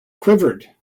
quivered